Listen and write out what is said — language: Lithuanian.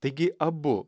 taigi abu